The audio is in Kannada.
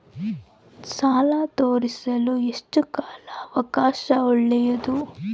ಸಾಲ ತೇರಿಸಲು ಎಷ್ಟು ಕಾಲ ಅವಕಾಶ ಒಳ್ಳೆಯದು?